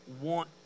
want